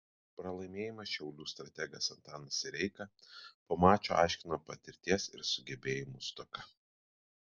pralaimėjimą šiaulių strategas antanas sireika po mačo aiškino patirties ir sugebėjimų stoka